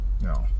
No